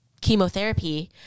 chemotherapy